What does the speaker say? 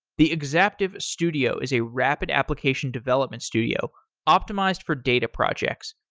the exaptive studio is a rapid application development studio optimized for data projects.